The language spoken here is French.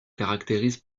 caractérise